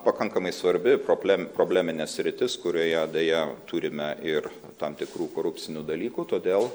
pakankamai svarbi problem probleminė sritis kurioje deja turime ir tam tikrų korupcinių dalykų todėl